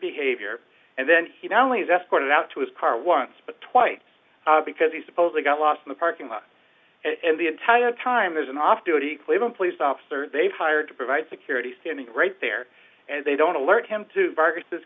behavior and then he not only is escorted out to his car once but twice because he supposedly got lost in the parking lot and the entire time there's an off duty cleveland police officer they've hired to provide security standing right there and they don't alert him to bargain this